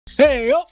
hey